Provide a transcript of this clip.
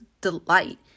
delight